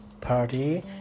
party